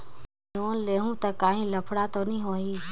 Loan लेहूं ता काहीं लफड़ा तो नी होहि?